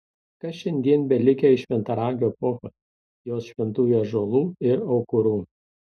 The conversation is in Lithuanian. kas šiandien belikę iš šventaragio epochos jos šventųjų ąžuolų ir aukurų